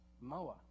Moa